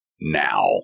now